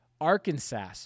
Arkansas